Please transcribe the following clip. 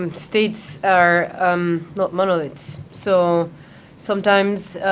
um states are um not monoliths. so sometimes,